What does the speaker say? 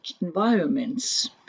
environments